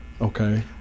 Okay